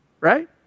right